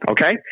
Okay